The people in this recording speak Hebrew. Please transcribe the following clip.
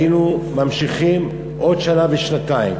היינו ממשיכים עוד שנה ושנתיים,